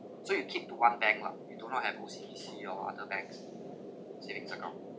so you keep to one bank lah you do not have O_C_B_C or other banks savings account